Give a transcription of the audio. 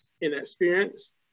inexperience